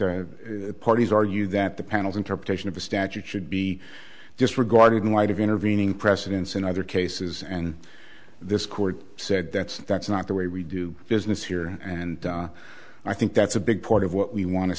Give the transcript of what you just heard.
the parties argue that the panel's interpretation of the statute should be disregarded in light of intervening precedents in other cases and this court said that's that's not the way we do business here and i think that's a big part of what we want to